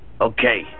Okay